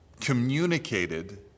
communicated